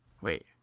Wait